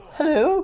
Hello